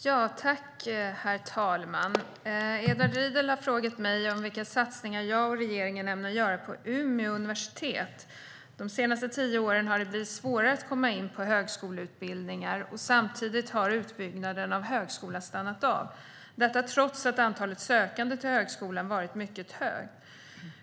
Herr talman! Edward Riedl har frågat mig vilka satsningar jag och regeringen ämnar göra på Umeå universitet. De senaste tio åren har det blivit svårare att komma in på högskoleutbildningar, och samtidigt har utbyggnaden av högskolan stannat av. Detta trots att antalet sökande till högskolan varit mycket högt.